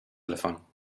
telefoon